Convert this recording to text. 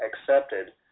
accepted